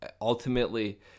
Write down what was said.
Ultimately